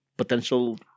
Potential